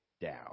down